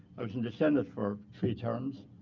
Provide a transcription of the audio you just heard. i was in the senate for three terms.